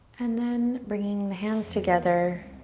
and then bringing the hands together.